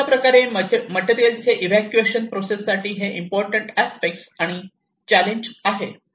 अशा प्रकारच्या मटेरियल चे एक्सकॅव्हशन प्रोसेस साठी हे इम्पॉर्टंट अस्पेक्ट आणि चॅलेंज आहे